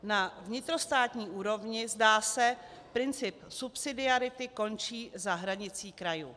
Na vnitrostátní úrovni, zdá se, princip subsidiarity končí za hranicí krajů.